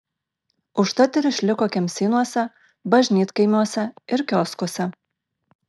užtat ir išliko kemsynuose bažnytkaimiuose ir kioskuose